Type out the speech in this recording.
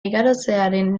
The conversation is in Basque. igarotzearen